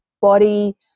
body